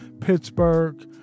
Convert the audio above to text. Pittsburgh